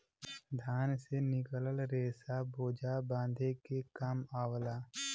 धान से निकलल रेसा बोझा बांधे के काम आवला